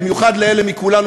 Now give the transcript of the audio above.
במיוחד לאלה מכולנו,